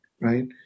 right